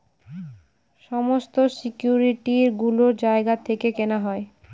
সমস্ত সিকিউরিটি গুলো জায়গা থেকে কেনা হয়